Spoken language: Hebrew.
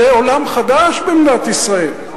זה עולם חדש במדינת ישראל.